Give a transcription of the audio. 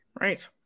right